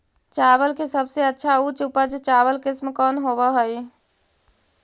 चावल के सबसे अच्छा उच्च उपज चावल किस्म कौन होव हई?